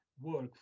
work